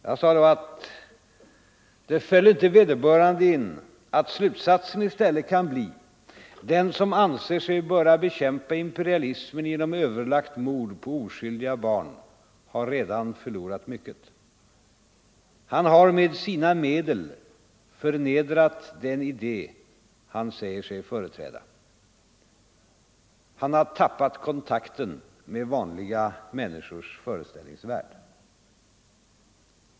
Jag sade då att det föll inte vederbörande in att slutsatsen i stället kan bli: Den som anser sig böra bekämpa imperialismen genom överlagt mord på oskyldiga barn har redan förlorat mycket. Han har med sina medel förnedrat den idé han säger sig företräda. Han har tappat kontakten med vanliga människors föreställningsvärld.